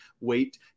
wait